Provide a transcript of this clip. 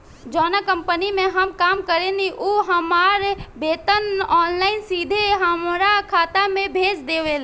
जावना कंपनी में हम काम करेनी उ हमार वेतन ऑनलाइन सीधे हमरा खाता में भेज देवेले